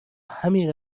همین